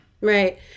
right